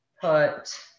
put